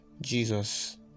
jesus